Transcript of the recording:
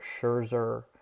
Scherzer